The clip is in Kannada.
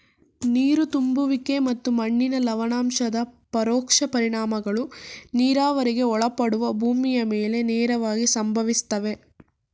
ನೀರು ತುಂಬುವಿಕೆ ಮತ್ತು ಮಣ್ಣಿನ ಲವಣಾಂಶದ ಪರೋಕ್ಷ ಪರಿಣಾಮಗಳು ನೀರಾವರಿಗೆ ಒಳಪಡುವ ಭೂಮಿಯ ಮೇಲೆ ನೇರವಾಗಿ ಸಂಭವಿಸ್ತವೆ